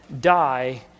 die